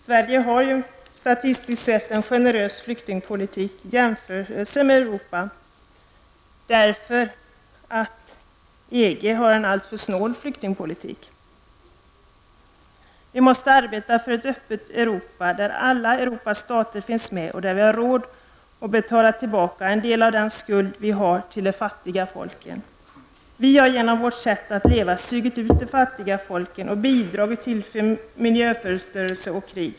Sverige har en generös flyktingpolitik statistiskt sett i jämförelse med Europa, därför att EG har en alltför snål flyktingpolitik. Vi måste arbeta för ett öppet Europa, där alla Europas stater finns med och där vi har råd att betala tillbaka en del av vår skuld till de fattiga folken. Genom vårt sätt att leva har vi sugit ut de fattiga folken och bidragit till miljöförstörelse och krig.